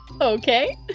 okay